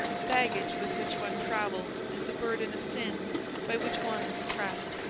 baggage with which one travels is the burden of sin by which one is oppressed.